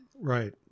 Right